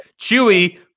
Chewie